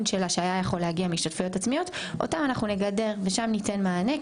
שהיה יכול להגיע מהשתתפויות עצמיות אותו אנחנו נגדר ושם ניתן מענה,